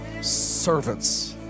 servants